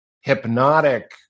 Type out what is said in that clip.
hypnotic